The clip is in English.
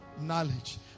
knowledge